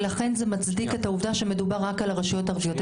ולכן זה מצדיק את העובדה שמדובר רק על הרשויות הערביות,